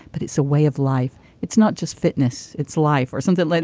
but it's a way of life. it's not just fitness it's life or something like